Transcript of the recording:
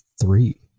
Three